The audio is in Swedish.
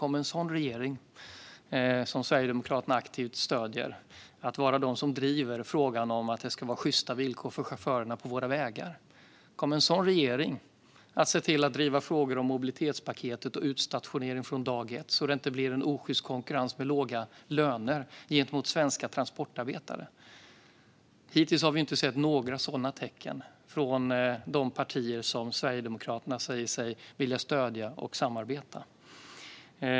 Kommer en sådan regering som Sverigedemokraterna aktivt stöder att vara den som driver frågan om att det ska vara sjysta villkor för chaufförerna på våra vägar? Kommer en sådan regering att se till att driva frågor om mobilitetpaketet och utstationering från dag ett så att det inte blir en osjyst konkurrens med låga löner gentemot svenska transportarbetare? Hittills har vi inte sett några sådana tecken från de partier som Sverigedemokraterna säger sig vilja stödja och samarbeta med.